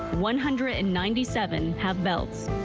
one hundred and ninety seven have belts.